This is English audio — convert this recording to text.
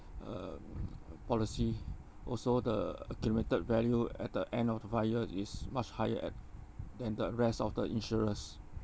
um uh policy also the accumulated value at the end of the five years is much higher at than the rest of the insurers